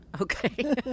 Okay